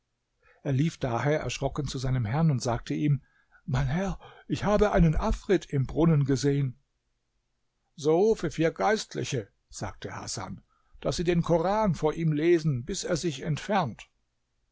er lief daher erschrocken zu seinem herrn und sagte ihm mein herr ich habe einen afrit im brunnen gesehen so rufe vier geistliche sagte hasan daß sie den koran vor ihm lesen bis er sich entfernt